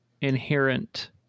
inherent